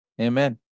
Amen